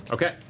okay.